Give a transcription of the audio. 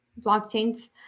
blockchains